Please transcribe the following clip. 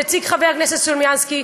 כפי שהציג חבר הכנסת סלומינסקי,